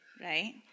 right